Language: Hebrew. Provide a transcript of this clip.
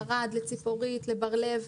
לערד, ציפורית, בר-לב,